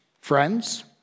friends